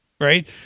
right